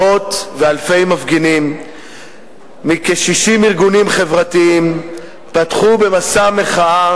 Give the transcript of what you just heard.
מאות ואלפי מפגינים מכ-60 ארגונים חברתיים פתחו במסע מחאה